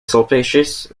sulpicius